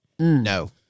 No